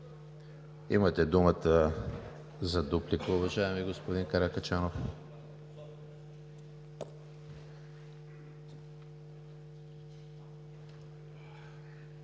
Имате думата за дуплика, уважаеми господин Каракачанов.